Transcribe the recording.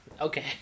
Okay